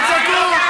תצעקו.